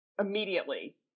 immediately